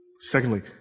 Secondly